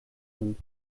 sind